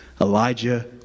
Elijah